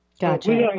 Gotcha